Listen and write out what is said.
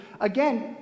again